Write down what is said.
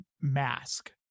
mask